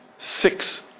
six